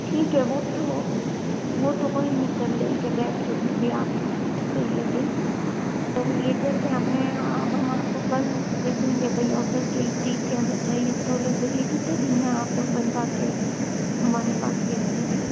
ठीक है वो तो वो तो कोई नहीं कर लेंगे बैठ के जो भी आप को सहीलगे जैसे हमें हम आपको कल दे देंगे भई आर्डर के इतने इतने हमें चाहिए तो लगभग ये कितने दिन में आप बनवा के हमारे पास भेज दोगे